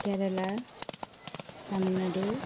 Kerala Tamil Nadu